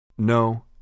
No